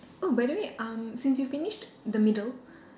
oh by the way um since you finished the middle